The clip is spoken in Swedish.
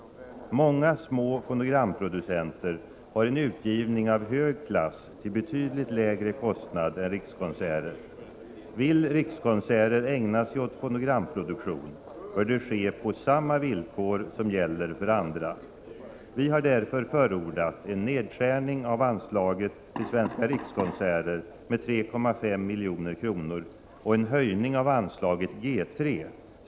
Många små fonogramproducenter har en utgivning av hög klass till betydligt lägre kostnad än Rikskonserters. Vill Rikskonserter ägna sig åt fonogramproduktion bör det ske på samma villkor som gäller för andra. Vi har därför förordat en nedskärning av anslaget till Svenska rikskonserter med 3,5 milj.kr. och en höjning av anslaget G 3.